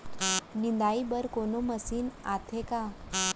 निंदाई बर कोनो मशीन आथे का?